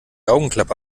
augenklappe